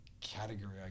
category